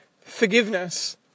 forgiveness